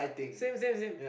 same same same